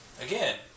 again